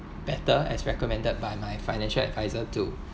better as recommended by my financial adviser to